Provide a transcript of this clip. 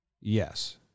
Yes